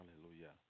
Hallelujah